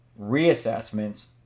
reassessments